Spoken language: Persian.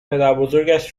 پدربزرگش